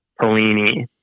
Polini